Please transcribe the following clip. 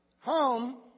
home